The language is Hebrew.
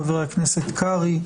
חבר הכנסת קרעי,